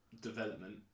development